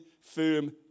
firm